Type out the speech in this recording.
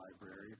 library